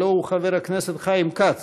הלוא הוא חבר הכנסת חיים כץ,